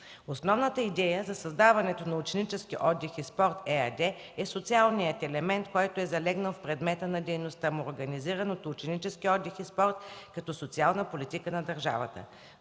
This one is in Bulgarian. Основната идея за създаването на „Ученически отдих и спорт” ЕАД е социалният елемент, който е залегнал в предмета на дейността му, организиран от „Ученически отдих и спорт” като социална политика на държавата.